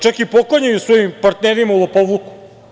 Čak i poklanjaju svojim partnerima u lopovluku.